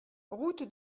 route